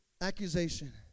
Accusation